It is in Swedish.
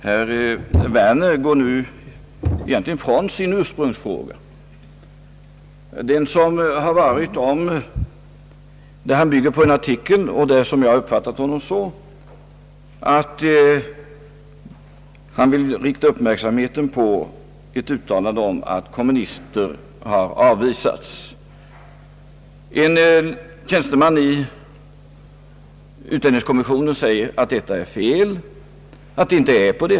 Herr talman! Herr Werner går nu egentligen från sin ursprungliga fråga, som bygger på en artikel om att kommunister har avvisats. En tjänsteman i utlänningskommissionen säger att detta är fel.